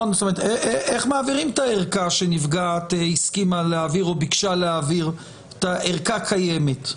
איך מעבירים את הערכה שנפגעת הסכימה להעביר או ביקשה להעביר ערכה קיימת?